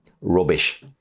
Rubbish